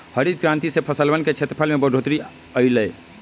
हरित क्रांति से फसलवन के क्षेत्रफल में बढ़ोतरी अई लय